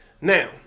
Now